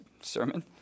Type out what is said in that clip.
sermon